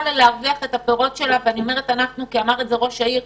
להרוויח מהפירות שהיא נותנת כפי שהציג ראש העיר.